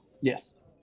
yes